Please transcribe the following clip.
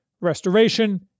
restoration